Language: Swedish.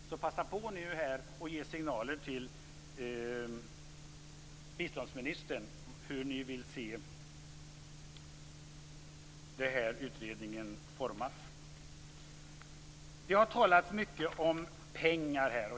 Passa alltså på nu och ge signaler till biståndsministern hur ni vill se utredningen formas. Det har talats mycket om pengar.